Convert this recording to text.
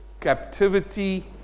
captivity